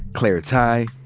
claire tighe,